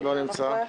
לא נמצא.